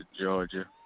Georgia